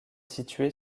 située